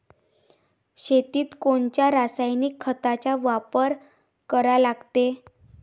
शेतीत कोनच्या रासायनिक खताचा वापर करा लागते?